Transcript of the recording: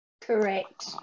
Correct